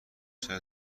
چرا